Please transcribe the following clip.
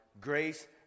grace